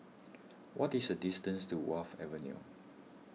what is the distance to Wharf Avenue